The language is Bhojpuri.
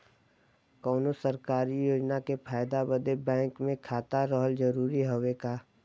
कौनो सरकारी योजना के फायदा बदे बैंक मे खाता रहल जरूरी हवे का?